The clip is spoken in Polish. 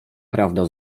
prawda